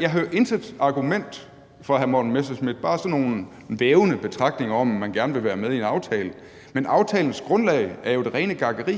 Jeg hører intet argument fra hr. Morten Messerschmidts side, men bare sådan nogle vævende betragtninger om, at man gerne vil være med i en aftale. Men aftalens grundlag er jo det rene gak,